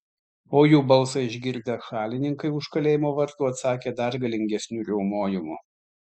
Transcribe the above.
o jų balsą išgirdę šalininkai už kalėjimo vartų atsakė dar galingesniu riaumojimu